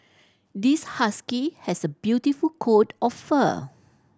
this husky has a beautiful coat of fur